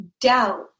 doubt